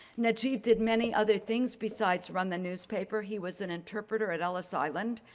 najeeb did many other things besides run the newspaper. he was an interpreter at ellis island,